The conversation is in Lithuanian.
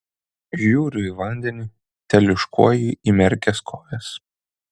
žiūriu į vandenį teliūškuoju įmerkęs kojas